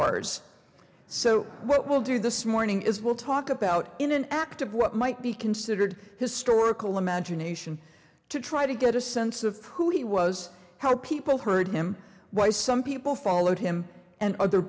ours so what we'll do this morning is we'll talk about in an act of what might be considered historical imagination to try to get a sense of who he was how people heard him why some people followed him and other